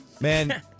Man